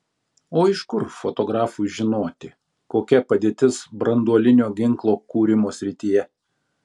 o iš kur fotografui žinoti kokia padėtis branduolinio ginklo kūrimo srityje